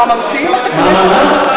מה, ממה ממציאים את הכנסת, מה?